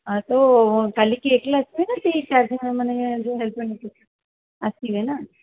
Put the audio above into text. ଆ ତ କାଲିକି ଏକେଲା ଆସିବେ ନା ତିନି ଚାରି ଜଣ ମାନେ ଯୋଉ ହେଲ୍ପର୍ ନେଇକି ଆସିବେ ଆସିବେ ନା